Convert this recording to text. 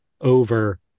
over